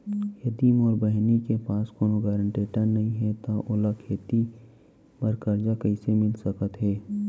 यदि मोर बहिनी के पास कोनो गरेंटेटर नई हे त ओला खेती बर कर्जा कईसे मिल सकत हे?